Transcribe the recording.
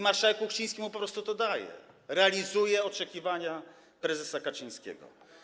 Marszałek Kuchciński po prostu mu to daje, realizuje oczekiwania prezesa Kaczyńskiego.